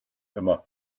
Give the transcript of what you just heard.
immer